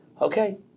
okay